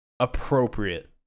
appropriate